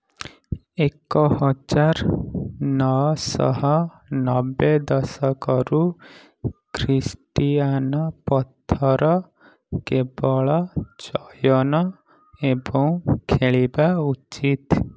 ଏକ ହଜାର ନଅ ଶହ ନବେ ଦଶକରୁ ଖ୍ରୀଷ୍ଟିଆନ୍ ପଥର କେବଳ ଚୟନ ଏବଂ ଖେଳିବା ଉଚିତ୍